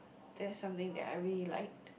that's something that I really liked